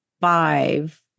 five